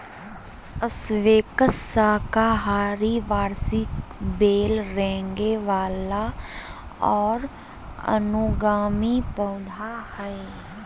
squash साकाहारी वार्षिक बेल रेंगय वला और अनुगामी पौधा हइ